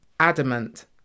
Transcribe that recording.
adamant